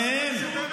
שניהם.